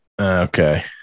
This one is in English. Okay